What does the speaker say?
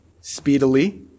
speedily